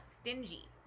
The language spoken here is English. stingy